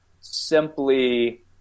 simply